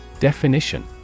Definition